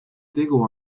tegu